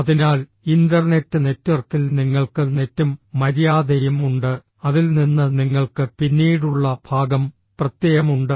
അതിനാൽ ഇന്റർനെറ്റ് നെറ്റ്വർക്കിൽ നിങ്ങൾക്ക് നെറ്റും മര്യാദയും ഉണ്ട് അതിൽ നിന്ന് നിങ്ങൾക്ക് പിന്നീടുള്ള ഭാഗം പ്രത്യയം ഉണ്ട്